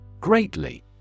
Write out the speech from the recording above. Greatly